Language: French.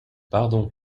pardon